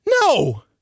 No